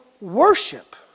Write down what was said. worship